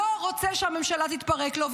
לא רוצה שהממשלה תתפרק לו,